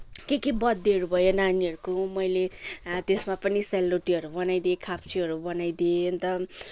के के बर्थडेहरू भयो नानीहरूको मैले त्यसमा पनि सेलरोटीहरू बनाइदिएँ खाब्जेहरू बनाइदिएँ अन्त